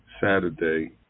Saturday